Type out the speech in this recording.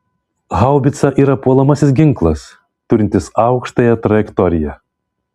haubica yra puolamasis ginklas turintis aukštąją trajektoriją